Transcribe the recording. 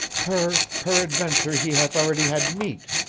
per. peradventure he hath already had meat,